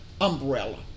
umbrella